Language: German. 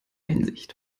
hinsicht